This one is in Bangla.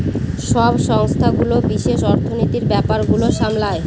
সব সংস্থাগুলো বিশেষ অর্থনীতির ব্যাপার গুলো সামলায়